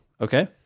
okay